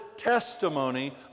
testimony